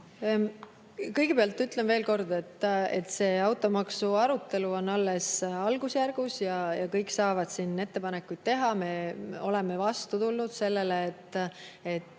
Kõigepealt ütlen veel kord, et see automaksuarutelu on alles algusjärgus ja kõik saavad ettepanekuid teha. Me oleme vastu tulnud, sest